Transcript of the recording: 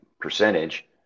percentage